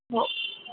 हो